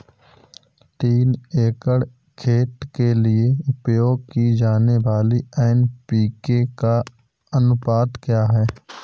तीन एकड़ खेत के लिए उपयोग की जाने वाली एन.पी.के का अनुपात क्या है?